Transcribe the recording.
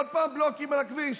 ועוד פעם בלוקים על הכביש.